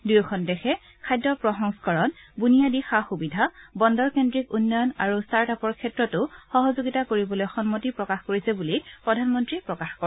দুয়োখন দেশে খাদ্য প্ৰসংস্কৰণ বুনিয়াদি সা সুবিধা বন্দৰ কেন্দ্ৰিক উন্নয়ন আৰু ষ্টাৰ্টআপৰ ক্ষেত্ৰতো সহযোগিতা কৰিবলৈ সম্মতি প্ৰকাশ কৰিছে বুলি প্ৰধানমন্ত্ৰীয়ে প্ৰকাশ কৰে